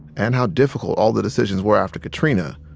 and how difficult all the decisions were after katrina,